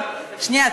שנייה,